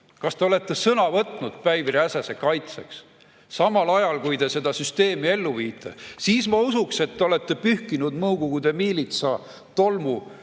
Kas te olete sõna võtnud Päivi Räsäse kaitseks, samal ajal kui te seda süsteemi ellu viite? Siis ma usuks, et te olete pühkinud Nõukogude miilitsa tolmu